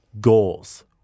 Goals